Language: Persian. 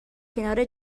کنار